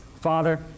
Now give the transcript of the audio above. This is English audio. Father